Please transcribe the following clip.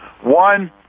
One